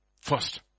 First